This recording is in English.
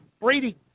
Brady